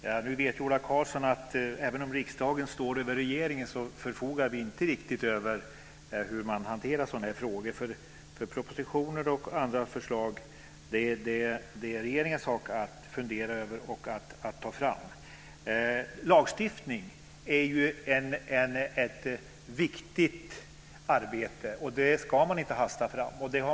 Fru talman! Nu vet Ola Karlsson att även om riksdagen står över regeringen förfogar vi inte riktigt över hur man hanterar sådana här frågor. Propositioner och andra förslag är det regeringens sak att fundera över och att ta fram. Lagstiftning är ett viktigt arbete, och där ska man inte hasta fram.